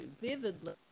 vividly